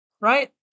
Right